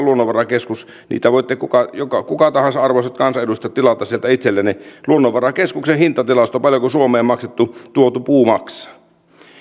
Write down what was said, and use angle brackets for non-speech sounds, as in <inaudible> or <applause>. <unintelligible> luonnonvarakeskus ilmoittavat voitte kuka tahansa arvoisat kansanedustajat tilata sieltä itsellenne luonnonvarakeskuksella on hintatilasto siitä paljonko suomeen tuotu puu maksaa